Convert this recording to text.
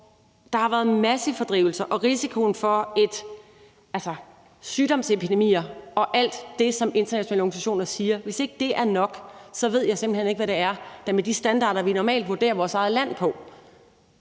der har været massefordrivelser og risiko for sygdomsepidemier og alt det, som internationale organisationer siger, så ved jeg simpelt hen ikke, hvad der – efter de standarder, vi normalt vurderer vores eget land